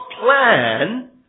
plan